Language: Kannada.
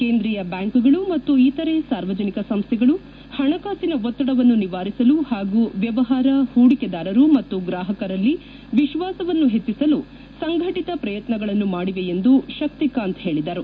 ಕೇಂದ್ರಿಯ ಬ್ಯಾಂಕುಗಳು ಮತ್ತು ಇತರೆ ಸಾರ್ವಜನಿಕ ಸಂಸ್ವೆಗಳು ಹಣಕಾಸಿನ ಒತ್ತಡವನ್ನು ನಿವಾರಿಸಲು ಹಾಗೂ ವ್ಯವಹಾರ ಹೂಡಿಕೆದಾರರು ಮತ್ತು ಗ್ರಾಹಕರಲ್ಲಿ ವಿಶ್ವಾಸವನ್ನು ಹೆಚ್ಚಿಸಲು ಸಂಘಟತ ಪ್ರಯತ್ನಗಳನ್ನು ಮಾಡಿವೆ ಎಂದು ಶಕ್ತಿಕಾಂತ್ ಹೇಳಿದರು